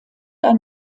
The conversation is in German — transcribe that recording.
ein